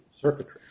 circuitry